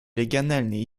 региональные